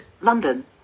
London